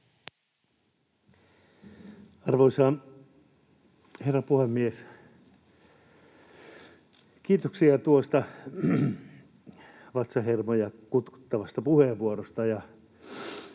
Arvoisa herra puhemies! Kiitoksia tuosta vatsahermoja kutkuttavasta puheenvuorosta.